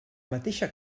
mateixa